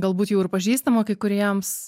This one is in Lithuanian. galbūt jau ir pažįstama kai kuriems